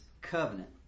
covenant